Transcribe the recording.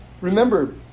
Remember